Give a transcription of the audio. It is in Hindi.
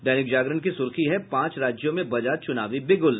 दैनिक जागरण की सुर्खी है पांच राज्यों में बजा चुनावी बिगूल